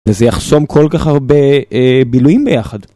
וזה יחסום כל כך הרבה בילויים ביחד.